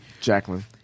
Jacqueline